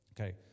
Okay